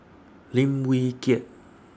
Lim Wee Kiak